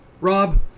Rob